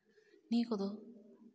ᱱᱤᱭᱟᱹ ᱠᱚᱫᱚ